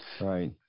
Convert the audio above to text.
Right